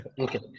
Okay